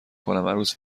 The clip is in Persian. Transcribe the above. کنم، عروس